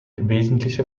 wesentliche